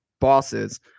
bosses